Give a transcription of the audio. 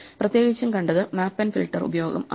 പ്രത്യേകിച്ചും കണ്ടതു map filter ഉപയോഗം ആണ്